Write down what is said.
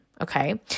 okay